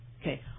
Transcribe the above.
Okay